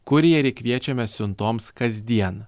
kurjerį kviečiame siuntoms kasdien